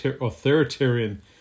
authoritarian